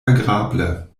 agrable